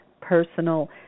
personal